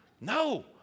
No